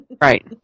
right